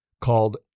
called